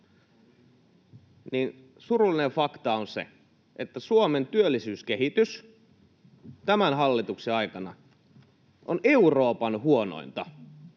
surullinen fakta on se, että Suomen työllisyyskehitys tämän hallituksen aikana on Euroopan huonointa.